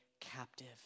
captive